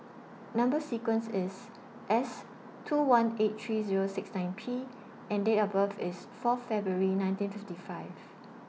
Number sequence IS S two one eight three Zero six nine P and Date of birth IS four February nineteen fifty five